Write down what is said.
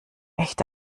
echt